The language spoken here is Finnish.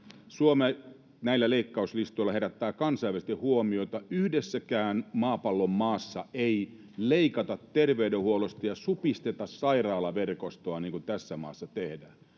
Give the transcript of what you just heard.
Näillä leikkauslistoilla Suomi herättää kansainvälisesti huomiota. Yhdessäkään maapallon maassa ei leikata terveydenhuollosta ja supisteta sairaalaverkostoa niin kuin tässä maassa tehdään.